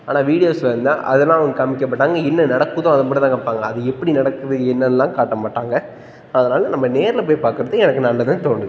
ஆனால் வீடியோல இருந்தால் அதெல்லாம் அவங்க காம்மிக்க மாட்டாங்க என்ன நடக்குதோ அதை மட்டுந்தான் காம்மிப்பாங்க அது எப்படி நடக்குது என்னென்னுல்லாம் காட்ட மாட்டாங்க அதனால் நம்ம நேரில் போய் பார்க்குறது எனக்கு நல்லதுன்னு தோணுது